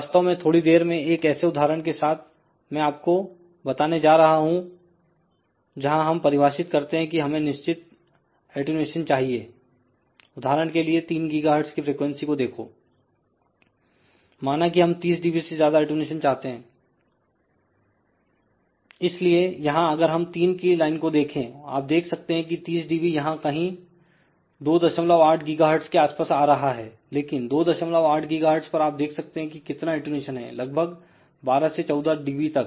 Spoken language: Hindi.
वास्तव में थोड़ी देर में एक ऐसे उदाहरण के साथ मैं आपको बताने जा रहा हूं जहां हम परिभाषित करते हैं कि हमें निश्चित अटैंयुएशन चाहिएउदाहरण के लिए 3 गीगाहर्टज की फ्रीक्वेंसी को देखो माना कि हम 30dB से ज्यादा अटेंन्यूशन चाहते हैं इसलिए यहां अगर हम 3 की लाइन को देखें आप देख सकते कि 30 dB यहां कहीं 28 गीगाहर्टज के आसपास आ रहा है लेकिन 28 गीगाहर्टज पर आप देख सकते कि कितना अटेंन्यूशन है लगभग 12 से 14 dB तक